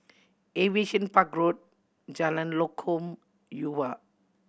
Aviation Park Road Jalan Lokam Yuhua